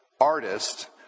artist